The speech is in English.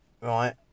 right